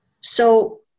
So-